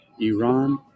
Iran